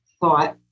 thought